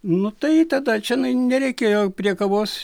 nu tai tada čia nereikėjo prie kavos